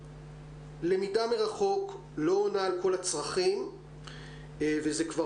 הלמידה מרחוק לא עונה על כל הצרכים וזה כבר